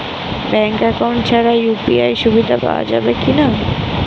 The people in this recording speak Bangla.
ব্যাঙ্ক অ্যাকাউন্ট ছাড়া ইউ.পি.আই সুবিধা পাওয়া যাবে কি না?